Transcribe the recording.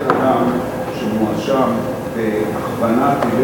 לשאלה האבסורדית איך אדם שמואשם בהכוונת טילי